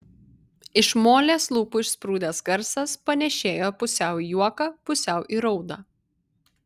iš molės lūpų išsprūdęs garsas panėšėjo pusiau į juoką pusiau į raudą